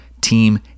team